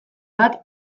bat